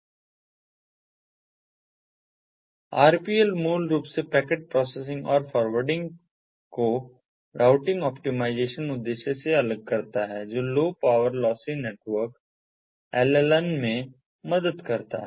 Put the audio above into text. RPL मूल रूप से पैकेट प्रोसेसिंग और फॉरवार्डिंग को राउटिंग ऑप्टिमाइज़ेशन उद्देश्य से अलग करता है जो low power lossy network LLN में मदद करता है